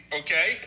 okay